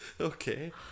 Okay